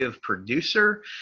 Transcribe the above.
producer